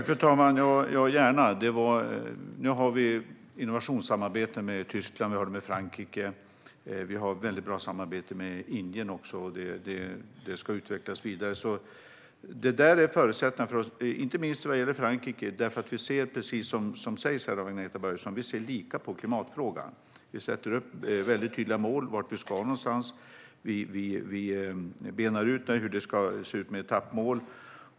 Fru talman! Det gör jag gärna. Vi har ett innovationssamarbete med Tyskland, med Frankrike och vi har ett väldigt bra samarbete också med Indien som ska utvecklas vidare. Som sägs här av Agneta Börjesson ser Frankrike och Sverige lika på klimatfrågan. Vi sätter upp tydliga mål. Vi benar ut detta med etappmål.